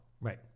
Right